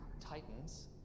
titans